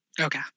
Okay